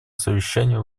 совещанию